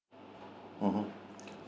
mm hmm